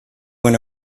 went